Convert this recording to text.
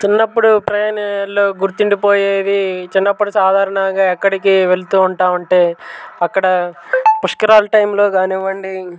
చిన్నపుడు ప్రయాణాల్లో గుర్తుండిపోయేది చిన్నపుడు సాధారణంగా ఎక్కడికి వెళ్తూ ఉంటాం అంటే అక్కడ పుష్కరాల టైములో కానివ్వండి